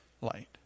Light